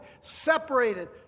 separated